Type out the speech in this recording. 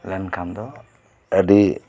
ᱞᱮᱱᱠᱷᱟᱱ ᱫᱚ ᱟᱹᱰᱤ